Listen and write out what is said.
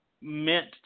meant